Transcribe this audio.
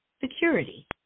security